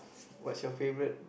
what's your favourite